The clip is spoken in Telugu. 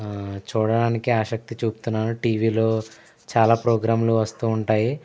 చూడటానికి ఆసక్తి చూపుతున్నాను టీవీలో చాలా ప్రోగ్రాములు వస్తూ ఉంటాయి